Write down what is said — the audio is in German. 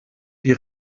die